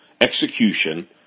execution